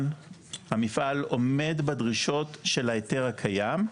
המפעל עומד בדרישות של ההיתר הקיים,